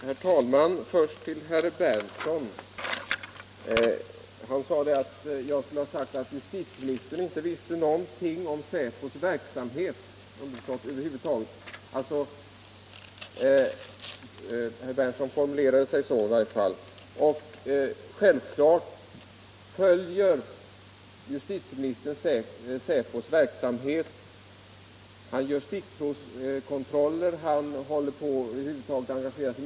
Herr talman! Herr Berndtson sade att jag skulle ha sagt att justitieministern inte visste någonting om säpos verksamhet. Herr Berndtson formulerade sig så i varje fall. Självfallet följer justitieministern säkerhetspolisens verksamhet. Han gör stickprovskontroller och engagerar sig över huvud taget en hel del.